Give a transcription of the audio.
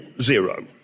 zero